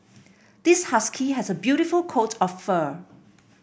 this husky has a beautiful coat of fur